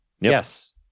Yes